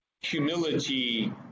humility